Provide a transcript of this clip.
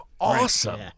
awesome